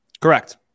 Correct